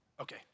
Okay